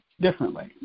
differently